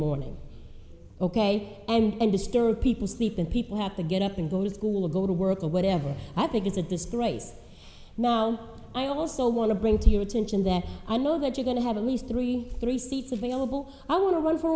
morning ok and disturb people sleeping people have to get up and go to school go to work or whatever i think is a disgrace now i also want to bring to your attention that i know that you're going to have at least three three seats available i want to run for